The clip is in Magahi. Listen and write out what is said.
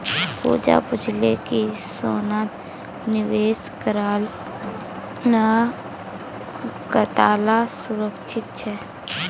पूजा पूछले कि सोनात निवेश करना कताला सुरक्षित छे